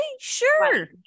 sure